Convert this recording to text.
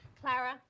Clara